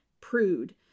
prude